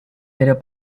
pero